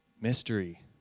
Mystery